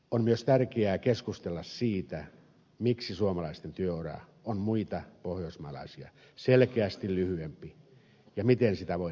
on myös tärkeää keskustella siitä miksi suomalaisten työura on muita pohjoismaalaisia selkeästi lyhyempi ja miten sitä voidaan pidentää